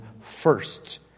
first